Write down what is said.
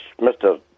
Mr